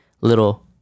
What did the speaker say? little